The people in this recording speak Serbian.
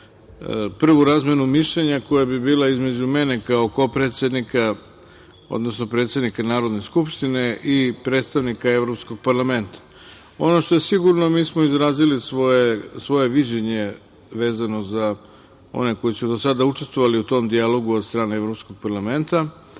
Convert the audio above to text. prvu razmenu mišljenja koja bi bila između mene kao predsednika Narodne skupštine i predstavnika Evropskog parlamenta. Ono što je sigurno, mi smo izrazili svoje viđenje, vezano za one koji su do sada učestvovali u tom dijalogu od strane Evropskog parlamenta